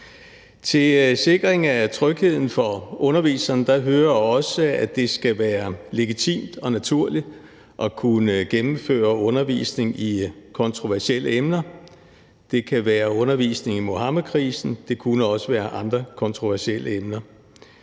Til sikring af trygheden for underviseren hører også, at det skal være legitimt og naturligt at kunne gennemføre undervisningen i kontroversielle emner. Det kan være undervisning i Muhammedkrisen. Det kunne også være andre kontroversielle emner.